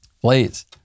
please